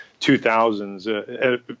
2000s